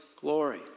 glory